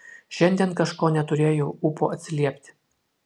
šiandien kažko neturėjau ūpo atsiliepti